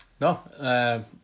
no